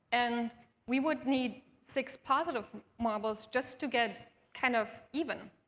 and we would need six positive marbles just to get kind of even.